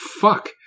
fuck